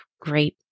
great